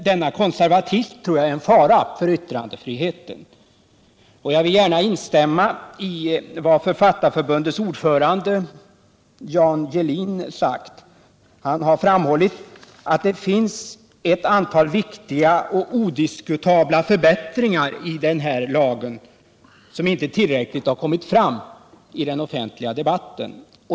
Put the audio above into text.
Denna konservatism tror jag är en fara för yttrandefriheten. Jag vill gärna instämma i vad Författarförbundets ordförande Jan Gehlin har sagt. Han har framhållit att det finns ett antal viktiga och odiskutabla förbättringar i den nya lagen, som inte tillräckligt kommit fram i den offentliga debatten.